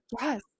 yes